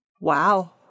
wow